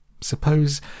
Suppose